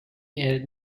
edit